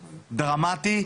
דרמטי,